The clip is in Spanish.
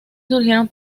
surgieron